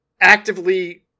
actively